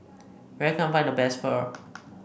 where can I find the best Pho